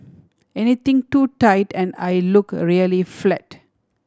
anything too tight and I look really flat